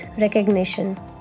Recognition